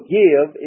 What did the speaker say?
give